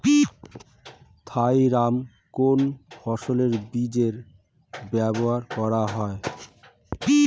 Thiram কোন ফসলের বীজে ব্যবহার করা হয়?